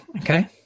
Okay